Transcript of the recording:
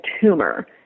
tumor